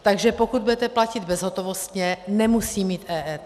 Takže pokud budete platit bezhotovostně, nemusí mít EET.